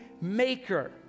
maker